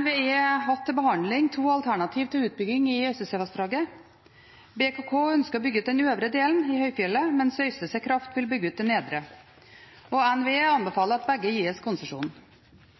NVE hatt til behandling to alternativ til utbygging i Øystesevassdraget. BKK ønsker å bygge ut den øvre delen i høyfjellet, mens Øystese Kraft vil bygge ut den nedre. NVE anbefaler at begge gis konsesjon.